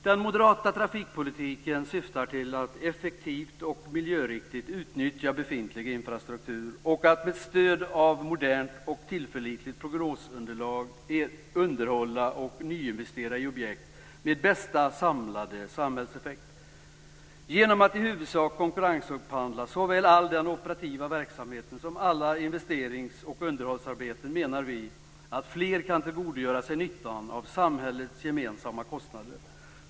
Den moderata trafikpolitiken syftar till att effektivt och miljöriktigt utnyttja befintlig infrastruktur och att med stöd av modernt och tillförlitligt prognosunderlag underhålla och nyinvestera i objekt med bästa samlade samhällseffekt. Genom att i huvudsak konkurrensupphandla såväl all den operativa verksamheten som alla investerings och underhållsarbeten menar vi att fler kan få utbyte av samhällets gemensamma kostnader.